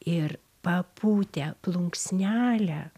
ir papūtę plunksnelę